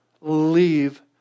leave